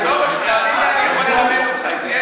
סגן השר, אמרתי.